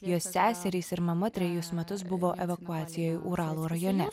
jos seserys ir mama trejus metus buvo evakuacijoje uralo rajone